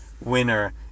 winner